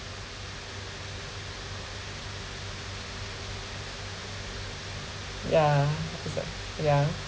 yeah is so yeah